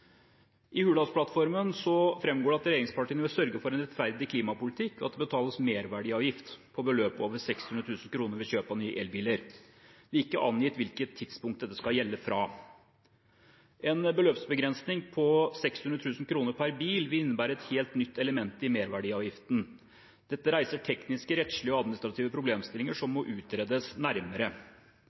I Hurdalsplattformen framgår det at regjeringspartiene vil sørge for en rettferdig klimapolitikk, og at det betales merverdiavgift på beløp over 600 000 kr ved kjøp av ny elbil. Det er ikke angitt hvilket tidspunkt dette skal gjelde fra. En beløpsbegrensning på 600 000 kr per bil vil innebære et helt nytt element i merverdiavgiften. Dette reiser tekniske, rettslige og administrative problemstillinger som må utredes nærmere.